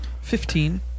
Fifteen